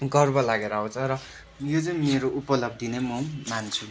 गर्व लागेर आउँछ र यो चाहिँ मेरो उपलब्धि नै म मान्छु